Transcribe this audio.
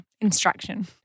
instruction